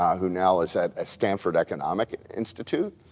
who now is at stanford economic institute.